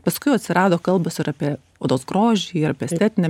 paskui atsirado kalbos ir apie odos grožį ir apie estetinę